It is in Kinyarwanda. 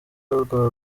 rwa